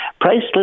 priceless